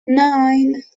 nine